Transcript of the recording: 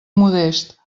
modests